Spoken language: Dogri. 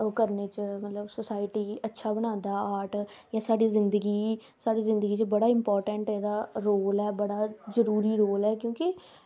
ओह् करने च मतलव सोसाईटी गी अच्छा बनांदा आर्ट एह् साढ़ी जिन्दगी साढ़ी जिन्दगी गी इंपार्टैंट एह्दा रोल ऐ बड़ा जरूरी रोल ऐ